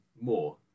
more